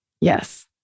Yes